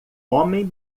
homem